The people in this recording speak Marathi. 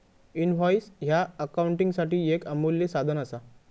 इनव्हॉइस ह्या अकाउंटिंगसाठी येक अमूल्य साधन असा